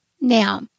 Now